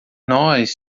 nós